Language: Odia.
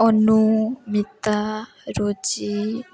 ଅନୁ ମିତା ରୋଜି